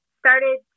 started